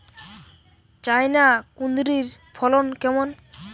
China কুঁদরীর ফলন কেমন?